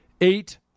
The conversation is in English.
Eight